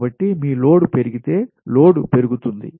కాబట్టి మీ లోడ్ పెరిగితే లోడ్ పెరుగుతుంది